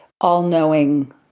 all-knowing